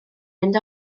mynd